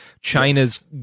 China's